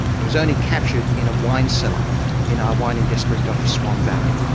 he was only captured in a wine cellar in our wining district of the swan valley.